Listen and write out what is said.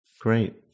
Great